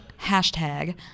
hashtag